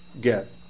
get